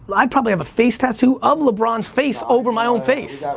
but i'd probably have a face tattoo of lebron's face over my own face.